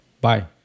Bye